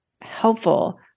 helpful